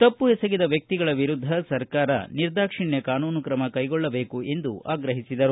ತಪ್ಪು ಎಸಗಿದ ವ್ಯಕ್ತಿಗಳ ವಿರುದ್ದ ಸರ್ಕಾರ ನಿರ್ದಾಕ್ಷಿಣ್ಯ ಕಾನೂನು ಕ್ರಮ ಕೈಗೊಳ್ಳಬೇಕು ಎಂದು ಹೇಳಿದರು